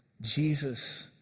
Jesus